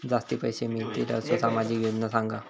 जास्ती पैशे मिळतील असो सामाजिक योजना सांगा?